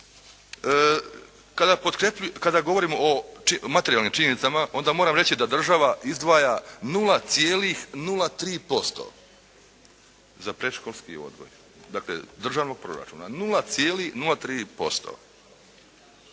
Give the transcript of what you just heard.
Kada govorim o materijalnim činjenicama onda moram reći da država izdvaja 0,03% za predškolski odgoj državnog proračuna.